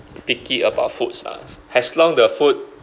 picky about foods ah as long the food